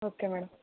okay madam